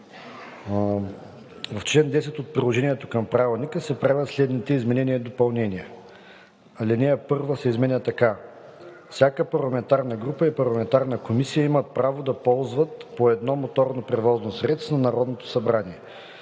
„В чл. 10 от приложението към правилника се правят следните изменения и допълнения: 1. Алинея 1 се изменя така: „(1) Всяка парламентарна група и парламентарна комисия имат право да ползват по едно моторно превозно средство на Народното събрание.“